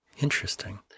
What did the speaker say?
Interesting